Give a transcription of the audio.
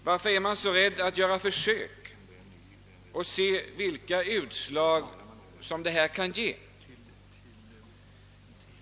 Varför är man så rädd att göra försök och se vilket utslag detta kan ge?